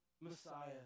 Messiah